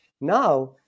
now